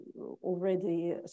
already